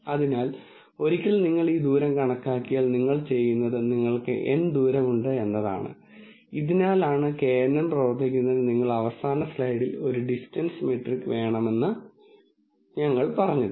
അതിനാൽ ഒരിക്കൽ നിങ്ങൾ ഈ ദൂരം കണക്കാക്കിയാൽ നിങ്ങൾ ചെയ്യുന്നത് നിങ്ങൾക്ക് n ദൂരമുണ്ട് എന്നതാണ് ഇതിനാലാണ് kNN പ്രവർത്തിക്കുന്നതിന് നിങ്ങൾക്ക് അവസാന സ്ലൈഡിൽ ഒരു ഡിസ്റ്റൻസ് മെട്രിക് വേണമെന്ന് ഞങ്ങൾ പറഞ്ഞത്